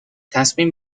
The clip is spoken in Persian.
تصمیم